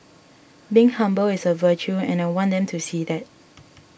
being humble is a virtue and I want them to see that